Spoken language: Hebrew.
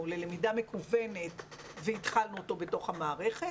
ללמידה מקוונת והתחלנו אותו בתוך המערכת